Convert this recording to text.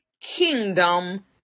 kingdom